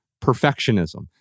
perfectionism